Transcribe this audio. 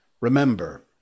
remember